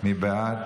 מי בעד?